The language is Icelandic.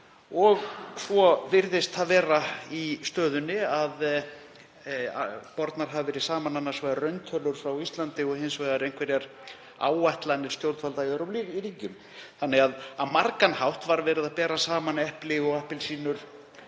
og svo virðist það vera í stöðunni að bornar hafa verið saman annars vegar rauntölur frá Íslandi og hins vegar einhverjar áætlanir stjórnvalda í öðrum ríkjum. Á margan hátt var því verið að bera saman epli og appelsínur